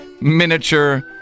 miniature